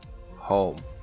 home